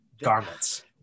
garments